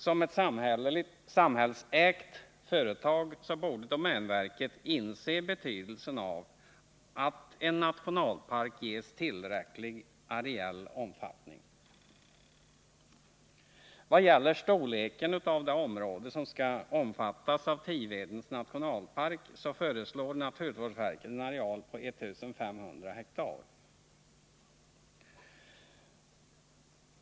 Som ett samhällsägt företag borde domänverket inse betydelsen av att en nationalpark ges tillräcklig areell omfattning. Vad gäller storleken på det område som skall omfattas av Tivedens nationalpark föreslår naturvårdsverket en areal av 1500 hektar.